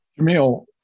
Jamil